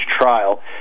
trial